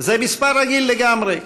זה מספר רגיל לגמרי,